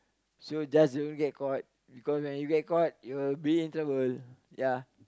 so just don't get caught because when you get caught you will be in trouble ya